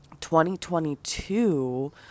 2022